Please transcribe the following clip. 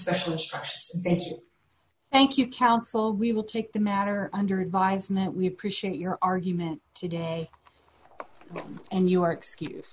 special instructions thank you counsel we will take the matter under advisement we appreciate your argument today and your excuse